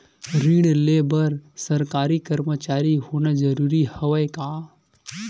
ऋण ले बर सरकारी कर्मचारी होना जरूरी हवय का?